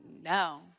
no